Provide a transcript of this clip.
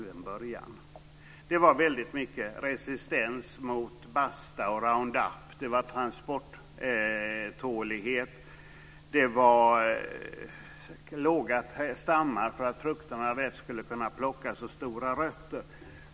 Det var väldigt mycket av resistens mot Basta och Roundup. Man hade problem med transporttålighet, med korta trädstammar för att frukterna lätt skulle kunna plockas och med stora rötter.